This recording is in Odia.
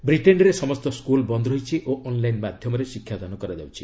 ବ୍ରିଟେନ୍ରେ ସମସ୍ତ ସ୍କଲ୍ ବନ୍ଦ୍ ରହିଛି ଓ ଅନ୍ଲାଇନ୍ ମାଧ୍ୟମରେ ଶିକ୍ଷାଦାନ କରାଯାଉଛି